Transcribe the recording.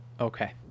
okay